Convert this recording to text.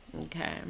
Okay